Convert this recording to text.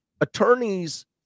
attorneys